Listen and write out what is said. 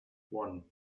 one